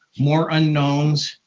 more unknowns,